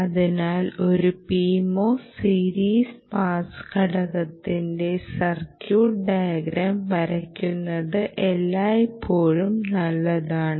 അതിനാൽ ഒരു PMOS series pass ഘടകത്തിന്റെ സർക്യൂട്ട് ഡയഗ്രം വരയ്ക്കുന്നത് എല്ലായ്പ്പോഴും നല്ലതാണ്